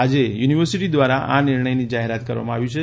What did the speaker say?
આજે યુનિવર્સીટી દ્વારા આ નિર્ણયની જાહેરાત કરવામાં આવી છે